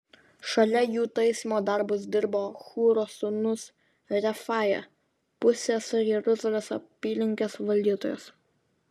šalia jų taisymo darbus dirbo hūro sūnus refaja pusės jeruzalės apylinkės valdytojas